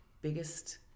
biggest